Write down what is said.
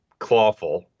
Clawful